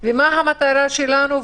ומה המטרה שלנו.